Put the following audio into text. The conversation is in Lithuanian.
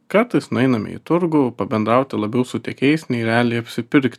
kartais nueiname į turgų pabendrauti labiau su tiekėjais nei realiai apsipirkt